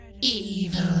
Evil